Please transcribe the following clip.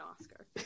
Oscar